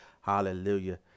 Hallelujah